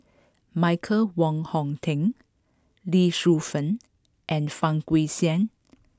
Michael Wong Hong Teng Lee Shu Fen and Fang Guixiang